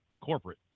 corporate